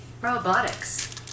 Robotics